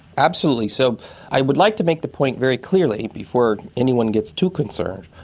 absolutely, so i would like to make the point very clearly, before anyone gets too concerned,